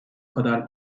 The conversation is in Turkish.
kadar